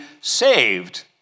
saved